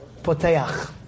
Potayach